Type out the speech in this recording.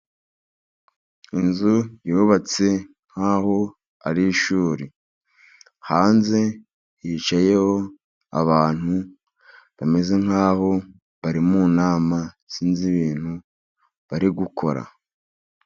Inzu yubatse nkaho ari ishuri, hanze hicayeho abantu bameze nkaho bari mu nama, sinzi ibintu bari gukora.